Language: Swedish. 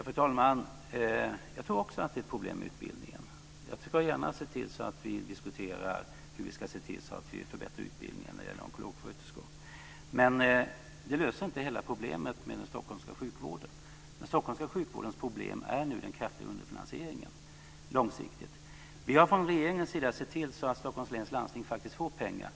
Fru talman! Jag tror också att det är ett problem med utbildningen. Jag ska gärna se till att vi diskuterar hur vi ska förbättra utbildningen när det gäller onkologsköterskor, men det löser inte hela problemet med den stockholmska sjukvården. Långsiktigt är den stockholmska sjukvårdens problem den kraftiga underfinansieringen. Vi har från regeringens sida sett till att Stockholms läns landsting faktiskt får pengar.